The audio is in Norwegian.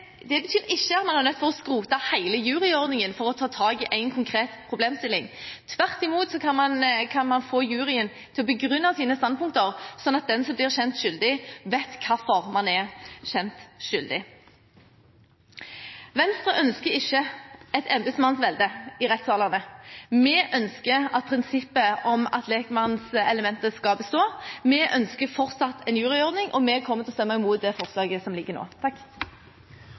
betyr ikke at man er nødt til å skrote hele juryordningen for å ta tak i en konkret problemstilling. Tvert imot kan man få juryen til å begrunne sine standpunkter, sånn at den som blir kjent skyldig, vet hvorfor man er kjent skyldig. Venstre ønsker ikke et embetsmannsvelde i rettssalene. Vi ønsker at prinsippet om legmannselementet skal bestå. Vi ønsker fortsatt en juryordning, og vi kommer til å stemme mot det forslaget som ligger